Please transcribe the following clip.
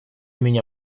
меня